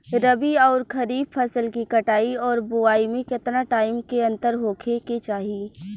रबी आउर खरीफ फसल के कटाई और बोआई मे केतना टाइम के अंतर होखे के चाही?